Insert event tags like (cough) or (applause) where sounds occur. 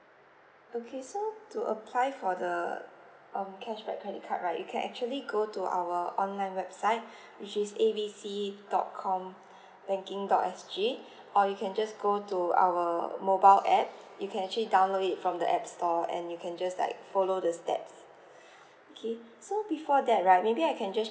okay so to apply for the um cashback credit card right you can actually go to our online website (breath) which is A B C dot com (breath) banking dot S G or you can just go to our mobile app you can actually download it from the app store and you can just like follow the steps (breath) okay so before that right maybe I can just